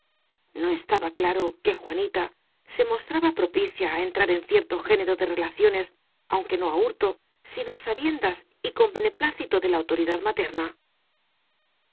no estaba claro que juanita se mostraba propicia á entrar en cierto género de re laciones aunque no á hurto sino á sabiendas y con beneplácito de la autoridad materna